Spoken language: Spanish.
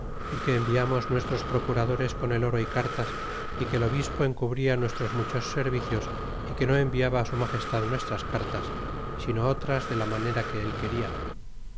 y que enviamos nuestros procuradores con el oro y cartas y que el obispo encubria nuestros muchos servicios y que no enviaba su magestad nuestras cartas si no otras de la manera que él quena